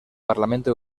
parlamento